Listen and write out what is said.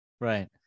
right